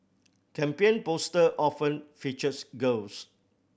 campaign poster often featured girls